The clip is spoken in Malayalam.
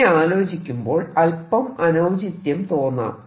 ഇങ്ങനെ ആലോചിക്കുമ്പോൾ അല്പം അനൌചിത്യം തോന്നാം